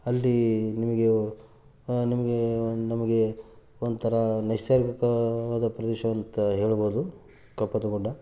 ಅಲ್ಲಿ ನಿಮಗೆ ನಿಮಗೆ ನಮಗೆ ಒಂಥರಾ ನೈಸರ್ಗಿಕವಾದ ಪ್ರದೇಶ ಅಂತ ಹೇಳ್ಬೌದು ಕಪ್ಪತ್ತ ಗುಡ್ಡ